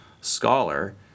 scholar